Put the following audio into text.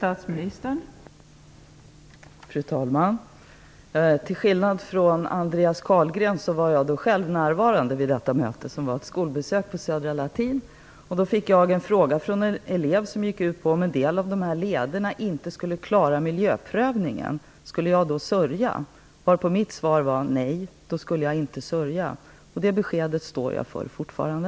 Fru talman! Till skillnad från Andreas Carlgren var jag själv närvarande vid detta möte, som var ett skolbesök på Södra Latin. En elev frågade då om jag skulle sörja om en del av de här lederna inte skulle klara miljöprövningen. Mitt svar var: Nej, då skulle jag inte sörja. Det beskedet står jag för fortfarande.